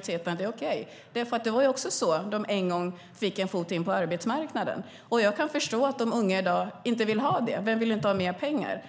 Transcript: tiden att det är okej därför att det var så som de en gång fick in en fot på arbetsmarknaden. Jag kan förstå att de unga i dag inte vill ha lägre löner. Vem vill inte ha mer pengar?